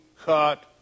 cut